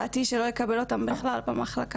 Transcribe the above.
לא עלה בדעתי שלא אקבל אותם בכלל במחלקה.